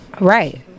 Right